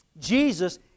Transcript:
Jesus